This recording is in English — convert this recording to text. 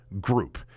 group